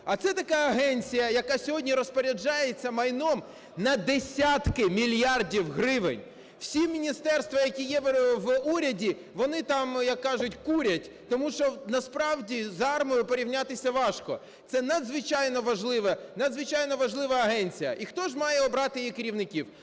А це така агенція, яка сьогодні розпоряджається майном на десятки мільярдів гривень. Всі міністерства, які є в уряді, вони там, як кажуть, "курять", тому що насправді з АРМА порівнятися важко, це надзвичайно важлива агенція. І хто ж має обрати її керівників?